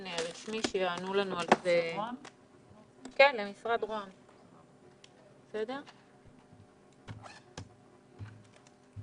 13:50.